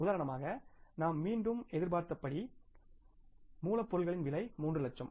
உதாரணமாக நாம் மீண்டும் எதிர்பார்த்தபடி மூலப்பொருளின் விலை 3 லட்சம்